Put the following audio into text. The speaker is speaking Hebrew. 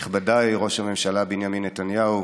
נכבדיי ראש הממשלה בנימין נתניהו,